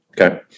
Okay